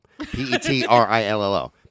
P-E-T-R-I-L-L-O